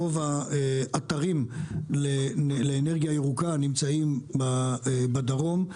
רוב האתרים לאנרגיה ירוקה נמצאים בדרום.